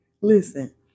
Listen